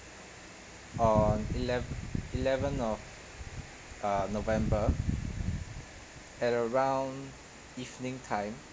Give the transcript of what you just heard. on elev~ eleven of uh november at around evening time